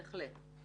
בהחלט,